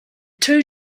two